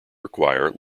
require